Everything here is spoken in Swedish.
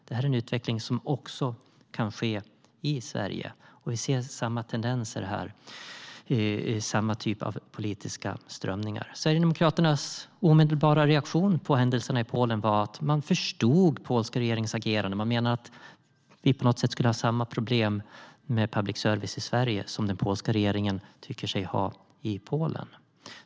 Det är en utveckling som också kan ske i Sverige. Vi ser samma tendenser här i samma typ av politiska strömningar. Sverigedemokraternas omedelbara reaktion på händelserna i Polen var att man förstod den polska regeringens agerande. Man menade att det på något sätt skulle vara samma problem med public service i Sverige som den polska regeringen tycker sig ha i Polen.